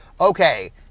Okay